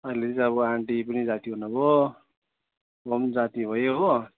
अहिले चाहिँ अब आन्टी पनि जाती हुनुभयो म पनि जाती भएँ हो